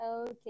Okay